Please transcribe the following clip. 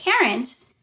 parent